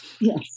Yes